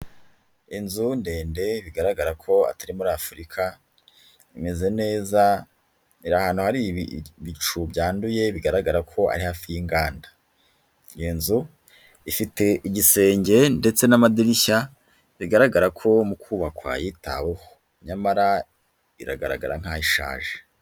Inzu ndende bigaragara ko atari muri Afurika, imeze neza iri ahantu hari ibicu byanduye bigaragarako ari hafi y'inganda, iyo nzu ifite igisenge ndetse n'amadirishya bigaragarako mu kubakwa yitaweho, nyamara iragaragara nk'aho ishaje.